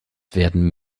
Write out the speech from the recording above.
werden